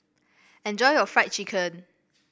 enjoy your Fried Chicken